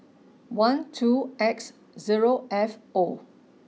one two X zero F O